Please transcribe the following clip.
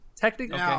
technically